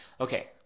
Okay